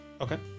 okay